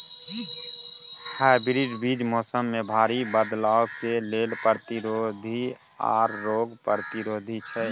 hybrid बीज मौसम में भारी बदलाव के लेल प्रतिरोधी आर रोग प्रतिरोधी छै